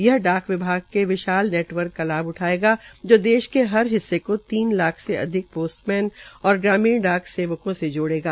यह डाक विभाग के विशाल नेटवर्क का लाभ उठायेगा जो देश के हर हिस्से केा तीन लाख से अधिक पोस्टमैन और ग्रामीण डाक सेवकों से जोड़ेगा